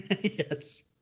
Yes